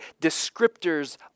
descriptors